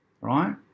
right